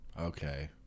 Okay